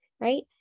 Right